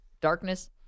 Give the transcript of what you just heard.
darkness